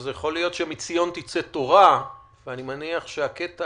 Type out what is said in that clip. יכול להיות שמציון תצא תורה ואני מניח שהקטע